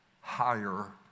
higher